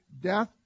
death